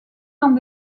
dans